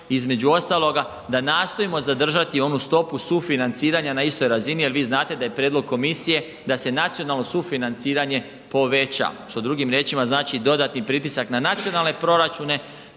između ostaloga da nastojimo zadržati onu stopu sufinanciranja na istoj razini jel vi znate da je prijedlog komisije da se nacionalno sufinanciranje poveća, što drugim riječima znači dodatni pritisak na nacionalne proračune,